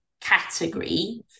category